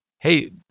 Hey